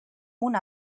una